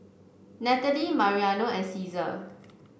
Natalie Mariano and Ceasar